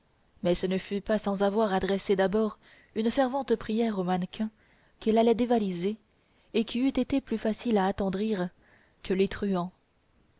mais ce ne fut pas sans avoir adressé d'abord une fervente prière au mannequin qu'il allait dévaliser et qui eût été plus facile à attendrir que les truands